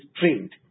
trained